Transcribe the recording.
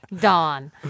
Dawn